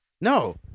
No